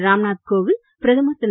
ராம் நாத் கோவிந்த் பிரதமர் திரு